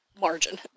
margin